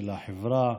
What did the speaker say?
של החברה,